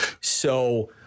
So-